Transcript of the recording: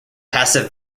passive